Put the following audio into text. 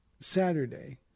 Saturday